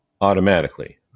automatically